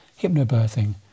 hypnobirthing